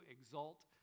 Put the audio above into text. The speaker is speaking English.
exalt